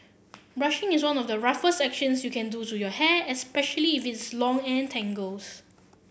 brushing is one of the roughest actions you can do to your hair especially if it's long and tangles